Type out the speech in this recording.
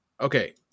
Okay